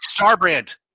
Starbrand